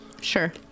Sure